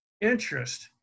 interest